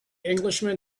englishman